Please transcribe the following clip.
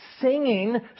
singing